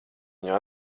viņu